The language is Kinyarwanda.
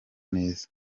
neza